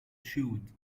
chewed